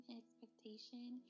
expectation